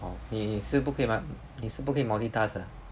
好好你是不可以 mul~ 你是不可以 multitask 的 ah